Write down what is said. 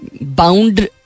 bound